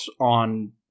on